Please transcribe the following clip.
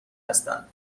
هستن